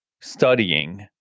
studying